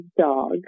dog